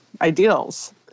ideals